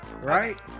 Right